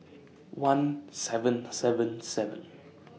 one seven seven seven